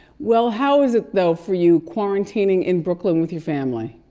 well, how is it though for you quarantining in brooklyn with your family?